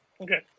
Okay